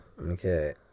Okay